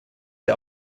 der